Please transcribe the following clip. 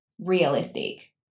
realistic